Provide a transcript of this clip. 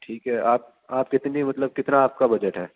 ٹھیک ہے آپ آپ کتنی مطلب کتنا آپ کا بجٹ ہے